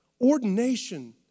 ordination